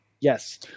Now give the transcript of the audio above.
Yes